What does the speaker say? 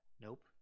Nope